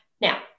now